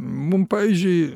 mum pavyzdžiui